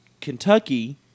Kentucky